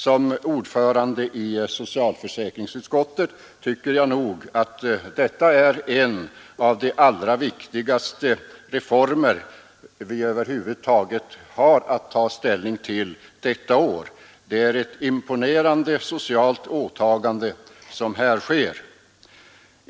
Som ordförande i socialförsäkringsutskottet tycker jag att detta är en av de allra viktigaste reformer vi har att ta ställning till detta år. Det är ett imponerande socialt åtagande som här görs.